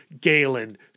Galen